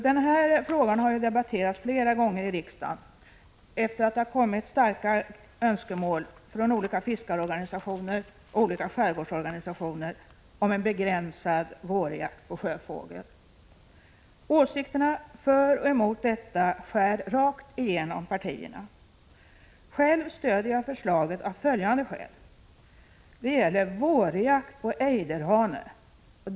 Denna fråga har ju debatterats flera gånger i riksdagen sedan det framförts starka önskemål från olika fiskarorganisationer och skärgårdsorganisationer om en begränsad vårjakt på sjöfågel. Åsikterna — för och emot detta förslag — skär rakt igenom partierna. Själv stöder jag förslaget av följande skäl. Det första skälet är att det gäller vårjakt på ejderhane.